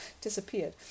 Disappeared